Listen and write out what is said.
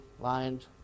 lined